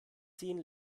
zehn